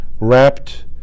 wrapped